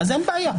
אין בעיה.